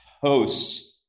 hosts